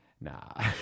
Nah